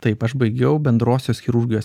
taip aš baigiau bendrosios chirurgijos